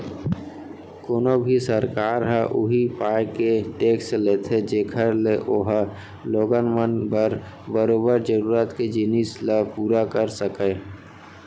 कोनो भी सरकार ह उही पाय के टेक्स लेथे जेखर ले ओहा लोगन मन बर बरोबर जरुरत के जिनिस ल पुरा कर सकय